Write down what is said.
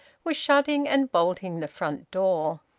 was shutting and bolting the front door.